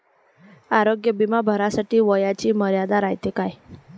आरोग्य बिमा भरासाठी वयाची मर्यादा रायते काय?